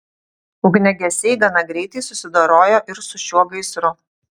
ugniagesiai gana greitai susidorojo ir su šiuo gaisru